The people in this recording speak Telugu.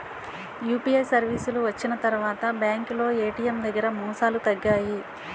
యూపీఐ సర్వీసులు వచ్చిన తర్వాత బ్యాంకులో ఏటీఎం దగ్గర మోసాలు తగ్గాయి